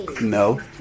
No